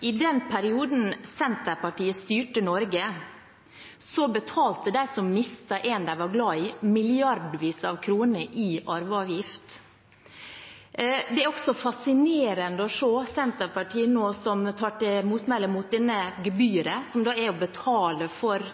I den perioden Senterpartiet styrte Norge, betalte de som mistet en de var glad i, milliarder av kroner i arveavgift. Det er også fascinerende å se Senterpartiet nå ta til motmæle mot dette gebyret, som er å betale for